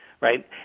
right